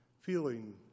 feeling